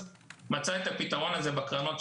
היא מצאה את הפתרון הזה בקרנות,